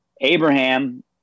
Abraham